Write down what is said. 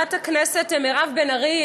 לחברת הכנסת מירב בן-ארי,